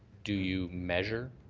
do you measure